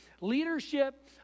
Leadership